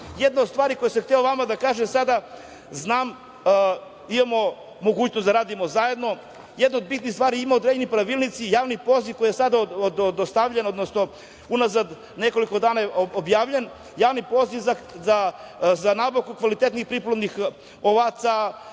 daje. Jedna od stvari koju sam hteo vama da kažem sada, znam, imamo mogućnost da radimo zajedno, jedna od bitnih stvari, ima određenih pravilnika, javni poziv koji je sada dostavljen, odnosno unazad nekoliko dana je objavljen, za nabavku kvalitetnih priplodnih ovaca,